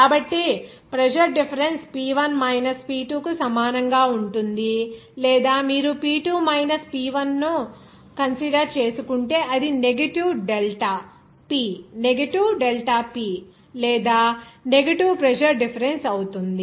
కాబట్టి pressure difference P1 minus P2 కు సమానంగా ఉంటుంది లేదా మీరు P2 మైనస్ P1 ను కన్సిడర్ చేసుకుంటే అది నెగటివ్ డెల్టా P లేదా నెగటివ్ ప్రెజర్ డిఫరెన్స్ అవుతుంది